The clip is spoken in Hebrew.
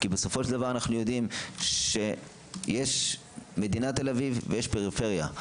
כי בסופו של דבר יש מדינת תל-אביב ויש פריפריה,